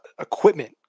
equipment